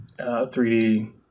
3D